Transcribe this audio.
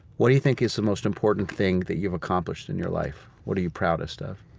what do you think is the most important thing that you've accomplished in your life? what are you proudest of?